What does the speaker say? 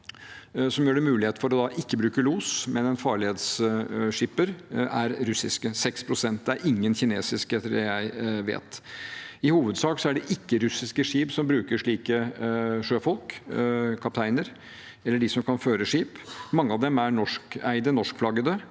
som gir mulighet for ikke å bruke los, men en farledsskipper, er russiske – 6 pst. Det er ingen kinesiske, etter det jeg vet. I hovedsak er det ikke-russiske skip som bruker slike sjøfolk, kapteiner, eller de som kan føre skip. Mange av dem er norskeide,